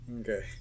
okay